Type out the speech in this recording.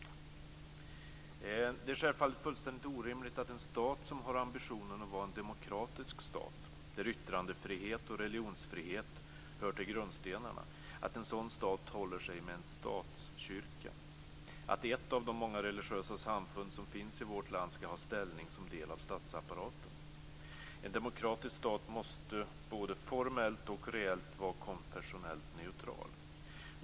Det är självfallet fullständigt orimligt att en stat som har ambitionen att vara en demokratisk stat, där yttrandefrihet och religionsfrihet hör till grundstenarna, håller sig med en statskyrka, att ett av de många religiösa samfund som finns i vårt land skall ha ställning som del av statsapparaten. En demokratisk stat måste både formellt och reellt vara konfessionellt neutral.